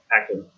active